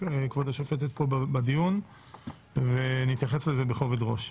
כבוד השופטת פה בדיון ונתייחס לזה בכובד ראש.